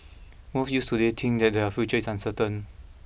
most youths today think that their future is uncertain